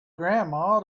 grandma